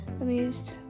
amused